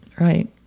Right